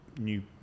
new